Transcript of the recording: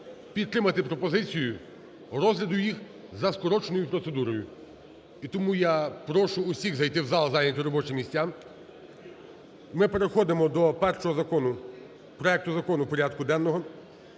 підтримати пропозицію розгляду їх за скороченою процедурою. І тому я прошу всіх зайти в зал, зайняти робочі місця. Ми переходимо до першого проекту закону порядку денного